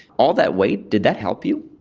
all that wait, did that help you?